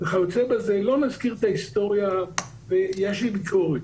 וכיוצא בזה, לא נזכיר את ההיסטוריה ויש לי ביקורת